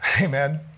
Amen